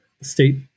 state